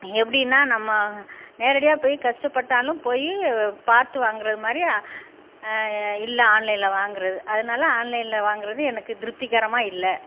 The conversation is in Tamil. எப்படின்னா நம்ம நேரடியாக போய் கஷ்டப்பட்டாலும் போய் பார்த்து வாங்குகிறது மாதிரி இல்லை ஆன்லைனில் வாங்குகிறது அதனால ஆன்லைனில் வாங்குகிறது எனக்கு திருப்திகரமாக இல்லை